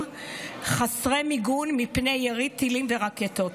חסרי מיגון מפני ירי טילים ורקטות,